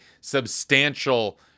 substantial